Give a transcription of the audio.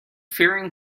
fearing